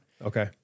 Okay